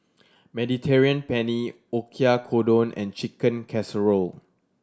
Mediterranean Penne Oyakodon and Chicken Casserole